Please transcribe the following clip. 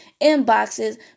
inboxes